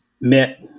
met